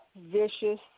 vicious